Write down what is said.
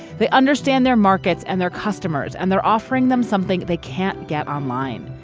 they understand their markets and their customers and they're offering them something they can't get online.